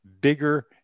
bigger